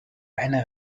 eine